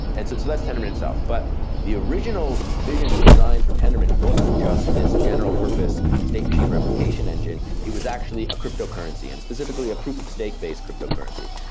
and so so that's tendermint itself. but the original vision and design for tendermint wasn't just this general-purpose state machine replication replication engine. it was actually a cryptocurrency, and specifically a proof of state-based cryptocurrency.